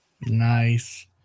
Nice